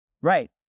right